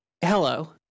Hello